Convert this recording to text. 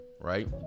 Right